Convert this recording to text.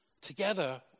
Together